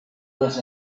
les